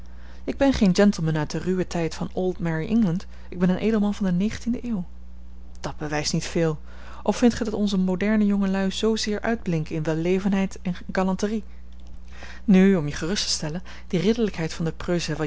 ik ben geen gentleman uit den ruwen tijd van old merry england ik ben een edelman van de de eeuw dat bewijst niet veel of vindt gij dat onze moderne jongelui zoozeer uitblinken in wellevendheid en galanterie nu om je gerust te stellen die ridderlijkheid van de